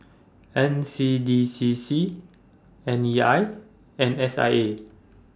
N C D C C N E I and S I A